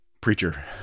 preacher